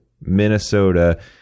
Minnesota